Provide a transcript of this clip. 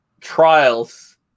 Trials